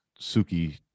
Suki